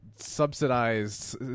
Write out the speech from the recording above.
Subsidized